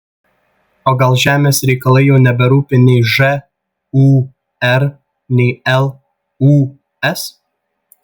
o gal žemės reikalai jau neberūpi nei žūr nei lūs